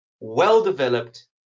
well-developed